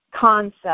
concept